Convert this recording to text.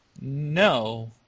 no